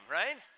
right